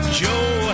joe